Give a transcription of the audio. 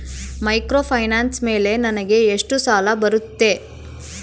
Microfinance ಮೇಲೆ ನನಗೆ ಎಷ್ಟು ಸಾಲ ಬರುತ್ತೆ?